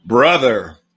Brother